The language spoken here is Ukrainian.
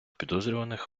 підозрюваних